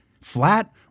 flat